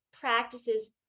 practices